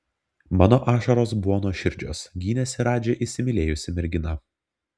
mano ašaros buvo nuoširdžios gynėsi radži įsimylėjusi mergina